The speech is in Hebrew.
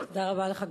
תודה רבה לך,